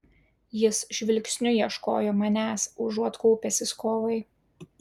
jis žvilgsniu ieškojo manęs užuot kaupęsis kovai